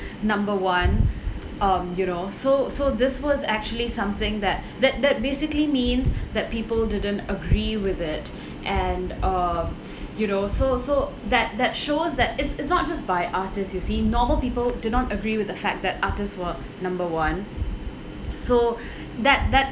number one um you know so so this was actually something that that that basically means that people didn't agree with it and uh you know so so that that shows that it's it's not just by artists you see normal people do not agree with the fact that artists were number one so that that